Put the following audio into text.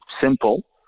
simple